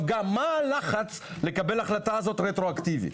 גם מה הלחץ לקבל את ההחלטה הזו רטרואקטיבית